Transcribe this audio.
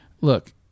look